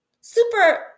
super